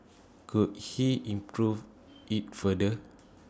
could he improve IT further